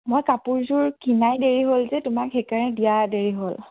মই কাপোৰযোৰ কিনাই দেৰি হ'লে যে তোমাক সেইকাৰণে দিয়া দেৰি হ'ল